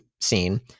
scene